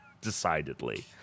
decidedly